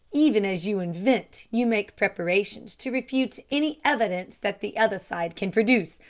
even as you invent you make preparations to refute any evidence that the other side can produce.